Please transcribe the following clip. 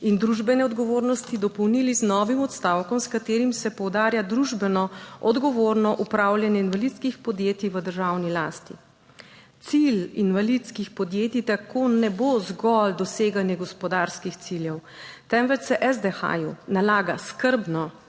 in družbene odgovornosti dopolnili z novim odstavkom, s katerim se poudarja družbeno odgovorno upravljanje invalidskih podjetij v državni lasti. Cilj invalidskih podjetij tako ne bo zgolj doseganje gospodarskih ciljev, temveč se SDH nalaga skrbno,